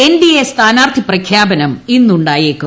N D A സ്ഥാനാർത്ഥി പ്രഖ്യാപനം ഇന്നുണ്ടായേക്കും